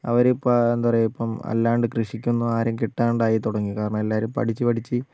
അവർ ഇപ്പോൾ ആ എന്താ പറയുക ഇപ്പം അല്ലാണ്ട് കൃഷിക്കൊന്നും ആരേയും കിട്ടാതായിത്തുടങ്ങി കാരണം എല്ലാവരും പഠിച്ച് പഠിച്ച്